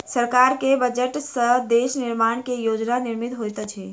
सरकार के बजट से देश निर्माण के योजना निर्मित होइत अछि